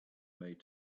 made